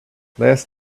last